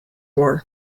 war